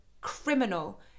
criminal